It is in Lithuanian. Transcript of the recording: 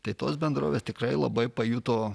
tai tos bendrovės tikrai labai pajuto